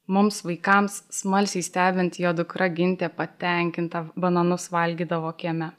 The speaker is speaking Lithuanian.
mums vaikams smalsiai stebint jo dukra gintė patenkinta bananus valgydavo kieme